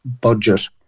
budget